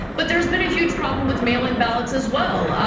but there's been a huge problem with mail-in ballots as well.